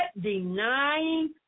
denying